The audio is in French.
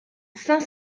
cinq